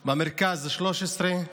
במרכז, 13,